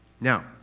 Now